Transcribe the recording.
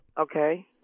okay